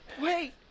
Wait